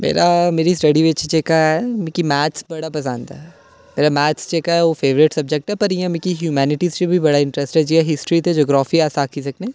मेरा मेरी स्टडी बिच जेह्का ऐ मिगी मैथ्स बड़ा पसंद ऐ ते मेरा मैथ्स जेह्का ऐ ओह् मेरा फेवरेट सब्जैक्ट ऐ पर इ'यां मिगी हयूमनिटी च बी बड़ा इंटरैस्ट ऐ ओह् जियां हिस्ट्री ते जियोग्राफी अस आक्खी सकने